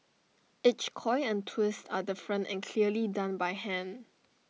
each coil and twist are different and clearly done by hand